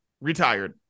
retired